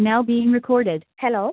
now being recorded hello